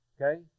okay